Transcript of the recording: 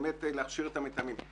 אכן להכשיר את המתאמים.